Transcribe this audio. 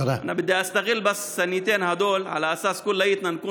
(אומר בערבית: אני רק רוצה לנצל שתי שניות כדי שכולנו נביע